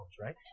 right